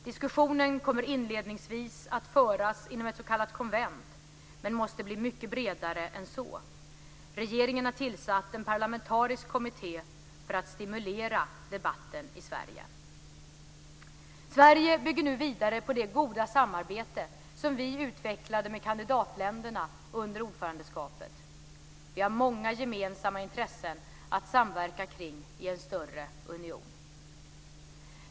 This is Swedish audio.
Diskussionen kommer inledningsvis att föras inom ett s.k. konvent, men måste bli mycket bredare än så. Regeringen har tillsatt en parlamentarisk kommitté för att stimulera debatten i Sverige. Sverige bygger nu vidare på det goda samarbete som vi utvecklade med kandidatländerna under ordförandeskapet. Vi har många gemensamma intressen att samverka kring i en större union.